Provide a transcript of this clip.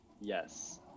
yes